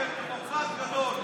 אתה דמוקרט גדול.